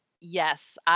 Yes